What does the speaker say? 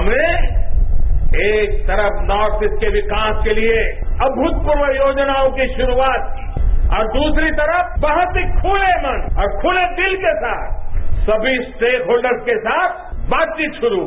हमने एक तरफ नॉर्थ ईस्ट के विकास के लिए अमृतपूर्व योजनाओं की शुरूआत की और दूसरी तरफ बहुत ही फूले मन और खुले दिल के साथ समी स्टेकहोल्डर्स के साथ बातचीत शुरू की